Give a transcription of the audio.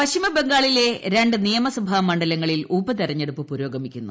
പശ്ചിമ ബംഗാളിലെ രണ്ട് നിയമസഭാ മണ്ഡലങ്ങളിൽ ഉപതെരഞ്ഞെടുപ്പ് പുരോഗ്യമിക്കുന്നു